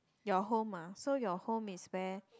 your home ah so your home is where